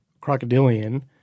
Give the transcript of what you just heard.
crocodilian